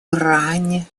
иране